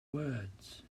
words